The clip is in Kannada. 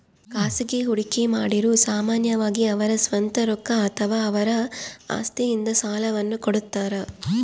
ಖಾಸಗಿ ಹೂಡಿಕೆಮಾಡಿರು ಸಾಮಾನ್ಯವಾಗಿ ಅವರ ಸ್ವಂತ ರೊಕ್ಕ ಅಥವಾ ಅವರ ಆಸ್ತಿಯಿಂದ ಸಾಲವನ್ನು ಕೊಡುತ್ತಾರ